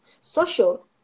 social